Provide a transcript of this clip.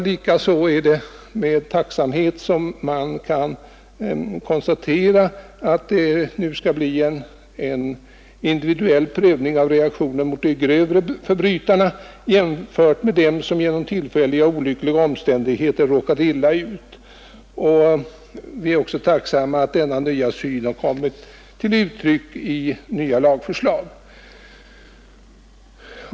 Likaså är det med tacksamhet man kan konstatera att det nu skall ske en omprövning av reaktionen mot de grövre förbrytarna jämfört med reaktionen mot dem som genom tillfälliga olyckliga omständigheter råkat illa ut. Vi är också tacksamma att denna nya syn kommit till uttryck i nya lagförslag.